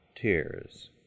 Tears